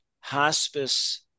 hospice